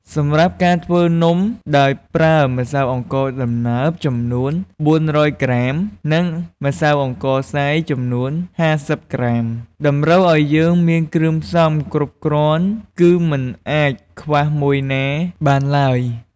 សម្រាប់ការធ្វើនំ ដោយប្រើម្សៅអង្ករដំណើបចំនួន៤០០ក្រាម និងម្សៅអង្ករខ្សាយចំនួន៥០ក្រាម តម្រូវឱ្យយើងមានគ្រឿងផ្សំគ្រប់គ្រាន់ គឺមិនអាចខ្វះមួយណាបានហើយ។